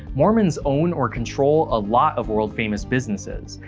mormons own or control a lot of world-famous businesses,